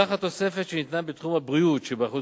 סך התוספת שניתנה בתחום הבריאות שבאחריות